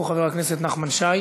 חבר הכנסת נחמן שי